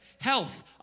health